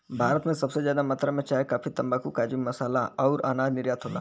भारत से सबसे जादा मात्रा मे चाय, काफी, तम्बाकू, काजू, मसाला अउर अनाज निर्यात होला